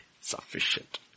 sufficient